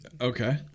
Okay